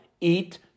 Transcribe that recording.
eat